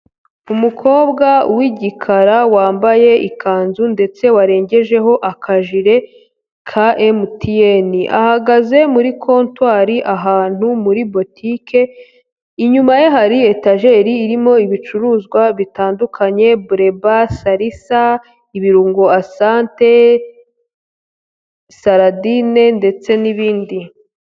Umukobwa w'igikara wambaye ikanzu ndetse warengejeho akajire ka MTN. Ahagaze muri Kontwari, ahantu muri butike, inyuma ye hari etajeri irimo ibicuruzwa bitandukanye bureba, salisa, ibirungo asante, saladine ndetse n'ibindi.